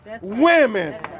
women